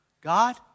God